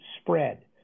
spread